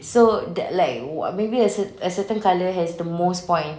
so the like wo~ maybe a cert~ a certain colour has the most point